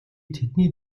тэдний